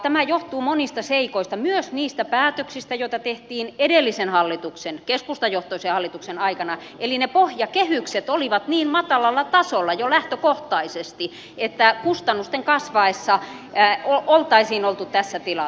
tämä johtuu monista seikoista myös niistä päätöksistä joita tehtiin edellisen hallituksen keskustajohtoisen hallituksen aikana eli ne pohjakehykset olivat niin matalalla tasolla jo lähtökohtaisesti että kustannusten kasvaessa oltaisiin oltu tässä tilanteessa